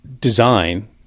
design